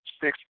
six